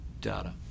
data